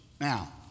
Now